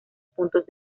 puntos